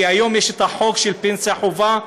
כי היום יש החוק של פנסיה חובה,